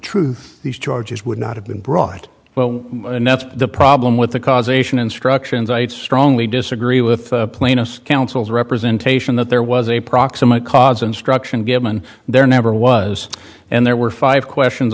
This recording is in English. truth these charges would not have been brought well and that's the problem with the causation instructions i strongly disagree with plaintiffs counsel's representation that there was a proximate cause instruction given there never was and there were five questions